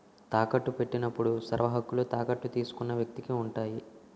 తాకట్టు పెట్టినప్పుడు సర్వహక్కులు తాకట్టు తీసుకున్న వ్యక్తికి ఉంటాయి